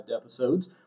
episodes